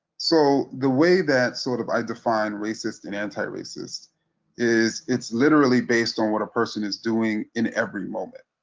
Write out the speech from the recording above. so the way that, sort of, i define racist and anti-racist is it's literally based on what a person is doing in every moment.